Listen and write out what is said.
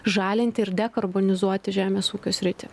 žalinti ir dekarbonizuoti žemės ūkio sritį